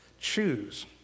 choose